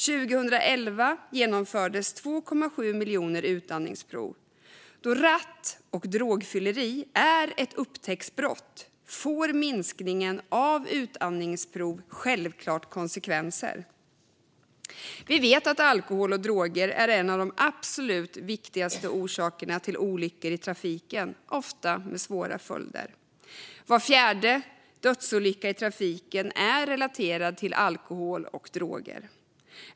År 2011 genomfördes 2,7 miljoner utandningsprov. Då ratt och drograttfylleri är ett upptäcktsbrott får minskningen av utandningsprov självklart konsekvenser. Vi vet att alkohol och droger är en av de absolut viktigaste orsakerna till olyckor i trafiken och att olyckorna ofta har svåra följder. Var fjärde dödsolycka i trafiken är relaterad till alkohol eller droger.